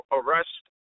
arrest